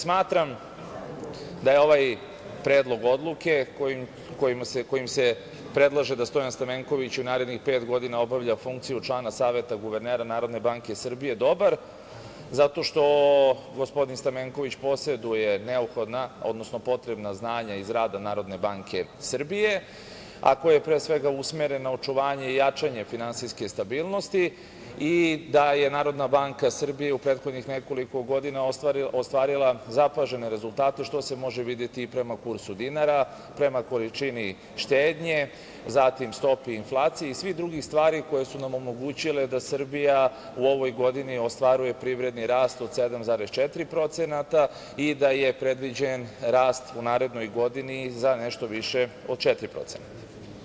Smatram da je ovaj predlog odluke kojim se predlaže da Stojan Stamenković u narednih pet godina obavlja funkciju člana Saveta guvernera NBS dobar, zato što gospodin Stamenković poseduje neophodna, odnosno potrebna znanja iz rada NBS, a koje je pre svega usmereno na očuvanje i jačanje finansijske stabilnosti i da je NBS u prethodnih nekoliko godina ostvarila zapažene rezultate što se može videti i prema kursu dinara, prema količini štednje, zatim stopi inflacije i svih drugih stvari koje su nam omogućile da Srbija u ovoj godini ostvaruje privredni rast od 7,4% i da je predviđen rast u narednoj godini za nešto više od 4%